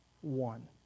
one